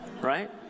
Right